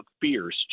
fierce